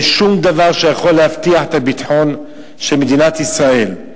שום דבר שיכול להבטיח את הביטחון של מדינת ישראל,